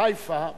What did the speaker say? חיפה וקריית-חיים,